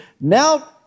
now